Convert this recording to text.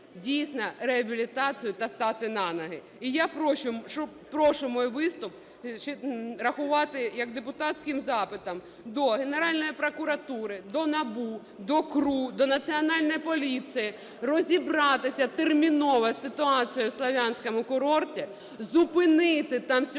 дійсно реабілітацію та стати на ноги. І я прошу мій виступ рахувати як депутатським запитом до Генеральної прокуратури, до НАБУ, до КРУ, до Національної поліції. Розібратися терміново з ситуацією в Слов'янському курорті, зупинити там сьогодні